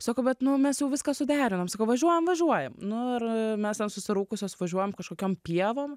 sako vat nu mes jau viską suderinom sako važiuojam važiuojam nu ir mes ten susiraukusios važiuojant kažkokiom pievom